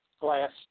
Glass